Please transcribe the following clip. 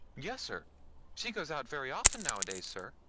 yes sir she goes out very often nowadays, sir.